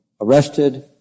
arrested